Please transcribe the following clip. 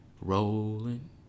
rolling